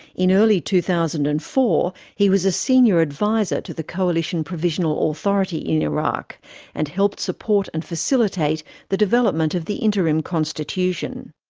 in early two thousand and four, he was a senior adviser to the coalition provisional authority in iraq and helped support and facilitate the development of the interim constitution.